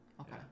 Okay